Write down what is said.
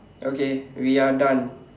okay we are done